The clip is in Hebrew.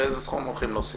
ואיזה סכום הם הולכים להוסיף.